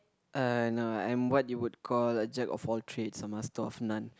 uh no I'm what you would call a Jack of all trades a master of none